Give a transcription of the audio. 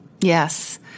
Yes